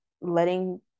letting